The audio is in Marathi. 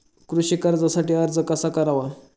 कृषी कर्जासाठी अर्ज कसा करावा?